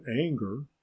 anger